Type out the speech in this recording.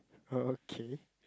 okay